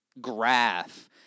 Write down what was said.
graph